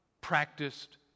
practiced